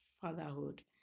fatherhood